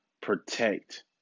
protect